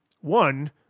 One